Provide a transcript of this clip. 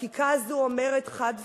חקיקה זו אומרת חד וחלק: